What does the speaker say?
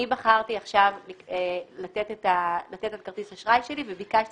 אני בחרתי עכשיו לתת את כרטיס האשראי שלי וביקשתי